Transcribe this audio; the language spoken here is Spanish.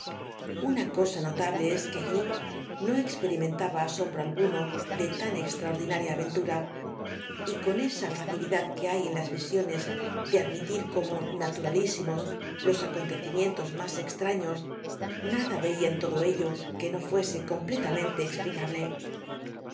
una cosa no table es que yo no experimentaba asombro alguno de taa extraordinaria aveatura y con esa tacilidad que hay en las visiones de admitircomo naturalí irnos los acontecimientos más extraños nada veta en todo ello que no fuese completa mente explicablo